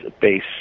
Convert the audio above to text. base